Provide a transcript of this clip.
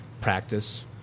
practice